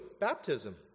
Baptism